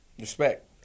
Respect